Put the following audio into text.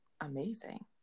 amazing